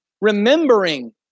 remembering